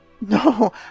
No